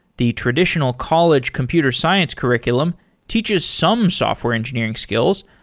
the traditional college computer science curriculum teaches some software engineering skills,